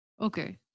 Okay